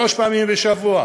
שלוש פעמים בשבוע,